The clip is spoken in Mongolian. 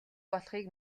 болохыг